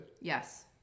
yes